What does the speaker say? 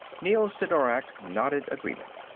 neel sidorak nodded agreement.